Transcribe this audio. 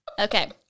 Okay